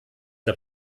der